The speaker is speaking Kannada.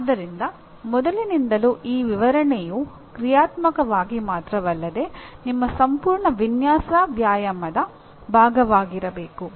ಆದ್ದರಿಂದ ಮೊದಲಿನಿಂದಲೂ ಈ ವಿವರಣೆಯು ಕ್ರಿಯಾತ್ಮಕವಾಗಿ ಮಾತ್ರವಲ್ಲದೆ ನಿಮ್ಮ ಸಂಪೂರ್ಣ ವಿನ್ಯಾಸ ವ್ಯಾಯಾಮದ ಭಾಗವಾಗಿರಬೇಕು